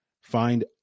find